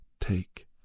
take